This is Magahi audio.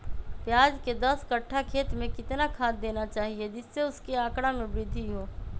प्याज के दस कठ्ठा खेत में कितना खाद देना चाहिए जिससे उसके आंकड़ा में वृद्धि हो?